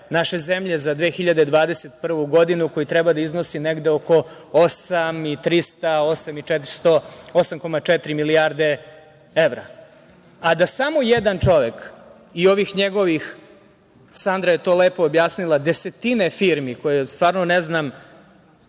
naše zemlje za 2021. godinu, koji treba da iznosi negde oko 8,4 milijarde evra, a da samo jedan čovek i ovih njegovih, Sandra je to lepo objasnila, desetine firmi, koje stvarno ne znam